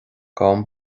gabhaim